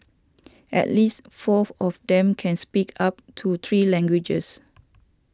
at least fourth of them can speak up to three languages